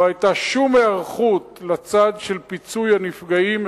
לא היתה שום היערכות לצד של פיצוי הנפגעים,